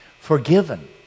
Forgiven